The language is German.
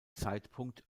zeitpunkt